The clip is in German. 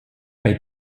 bei